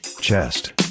Chest